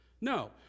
No